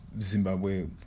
Zimbabwe